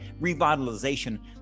revitalization